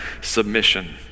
submission